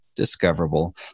discoverable